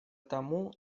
тому